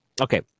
Okay